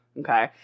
Okay